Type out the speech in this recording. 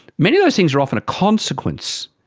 many of those things are often a consequence,